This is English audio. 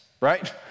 right